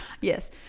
yes